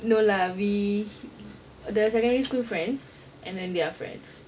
no lah we the secondary school friends and then their friends